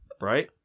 right